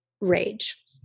rage